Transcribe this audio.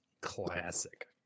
classic